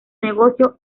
negocio